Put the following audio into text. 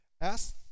Ask